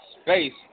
space